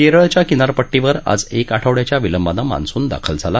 करळच्या किनारपट्टीवर आज एक आठवड्याच्या विलंबानं मान्सून दाखल झाला